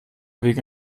wegen